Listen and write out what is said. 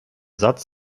satz